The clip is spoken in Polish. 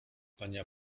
panie